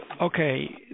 Okay